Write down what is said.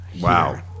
Wow